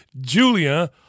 Julia